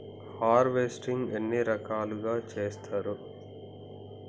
Harvesting ఎన్ని రకాలుగా చేస్తరు?